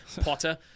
Potter